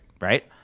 right